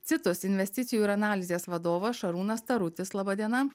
citus investicijų ir analizės vadovas šarūnas tarutis laba diena